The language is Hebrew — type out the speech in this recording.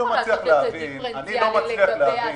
אתה לא יכול לעשות את זה דיפרנציאלי לגבי העסקים.